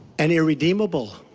and irredeemable.